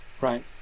right